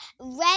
red